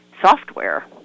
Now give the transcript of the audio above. software